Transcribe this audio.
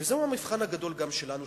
וזהו גם המבחן הגדול שלנו,